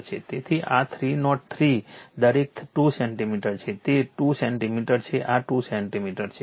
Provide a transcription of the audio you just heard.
તેથી આ 3 નોટ 3 દરેક 2 સેન્ટિમીટર છે તે 2 સેન્ટિમીટર છે આ 2 સેન્ટિમીટર છે